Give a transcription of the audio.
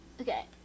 Okay